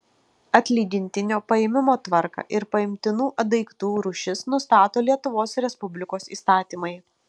atlygintinio paėmimo tvarką ir paimtinų daiktų rūšis nustato lietuvos respublikos įstatymai